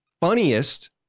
funniest